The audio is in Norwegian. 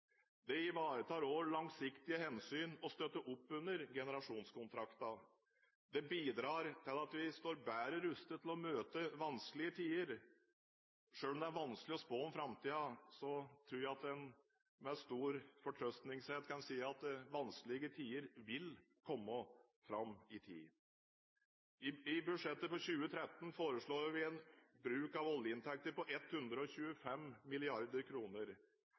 Det ivaretar også langsiktige hensyn og støtter opp under generasjonskontrakten. Det bidrar til at vi står bedre rustet til å møte vanskelige tider. Selv om det er vanskelig å spå om framtiden, tror jeg at man med stor forvissning kan si at vanskelige tider vil komme fram i tid. I budsjettet for 2013 foreslår vi en bruk av oljeinntekter på 125